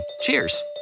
Cheers